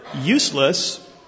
useless